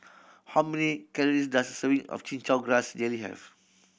how many calories does a serving of Chin Chow Grass Jelly have